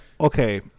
Okay